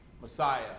Messiah